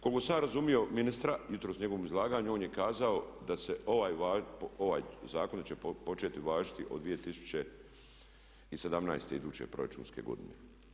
Koliko sam ja razumio ministra jutros u njegovom izlaganju on je kazao da se ovaj zakon da će početi važiti od 2017., iduće proračunske godine.